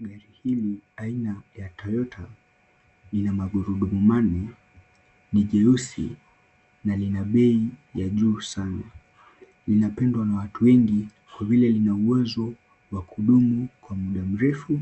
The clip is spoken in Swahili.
Gari hili aina ya Toyota ina magurundumu manne ni jeusi na lina bei la juu sana. Linapendwa na watu wengi kwa vile lina uwezo wa kudumu kwa muda mrefu